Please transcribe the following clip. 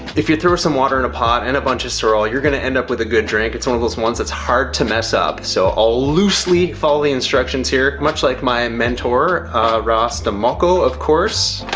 if you throw some water in a pot and a bunch of sorrel, you're gonna end up with a good drink. it's one of those ones that's hard to mess up. so i'll loosely follow the instructions here. much like my mentor rasta mokko, of course.